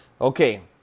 Okay